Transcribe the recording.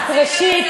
אז ראשית,